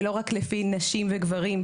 ולא רק לפי נשים וגברים,